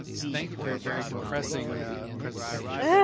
ah thank you for your very depressing presentation. yeah